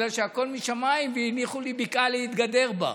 כי הכול משמיים והניחו לי בקעה להתגדר בה.